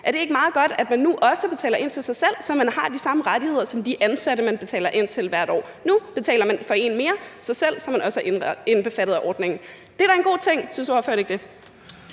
Er det ikke meget godt, at man nu også betaler ind til sig selv, så man har de samme rettigheder som de ansatte, man betaler ind til hvert år? Nu betaler man bare for en mere, nemlig sig selv, så man også selv er indbefattet af ordningen. Det er da en god ting – synes ordføreren ikke det?